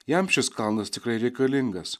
jam šis kalnas tikrai reikalingas